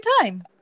time